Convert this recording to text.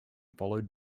followed